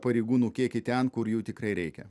pareigūnų kiekį ten kur jų tikrai reikia